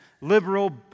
liberal